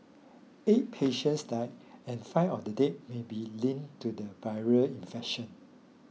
eight patients died and five of the deaths may be linked to the viral infection